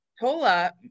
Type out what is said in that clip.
Tola